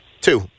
two